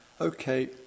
okay